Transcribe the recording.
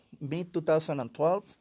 mid-2012